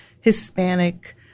Hispanic